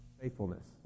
faithfulness